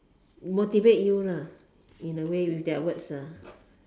motivate you lah in a way with their words ah